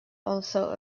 also